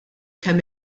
kemm